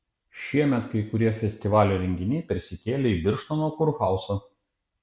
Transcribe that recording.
šiemet kai kurie festivalio renginiai persikėlė į birštono kurhauzą